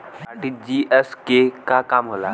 RTGS के का काम होला?